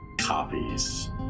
copies